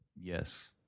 Yes